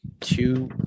two